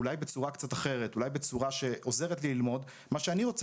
אולי בצורה קצת אחרת ובצורה שעוזרת לי ללמוד את מה שאני רוצה